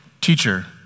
Teacher